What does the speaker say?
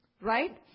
right